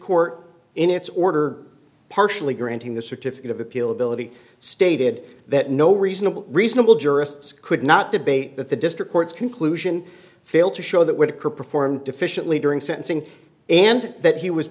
its order partially granting the certificate of appeal ability stated that no reasonable reasonable jurists could not debate that the district court's conclusion failed to show that whitaker performed deficient lee during sentencing and that he was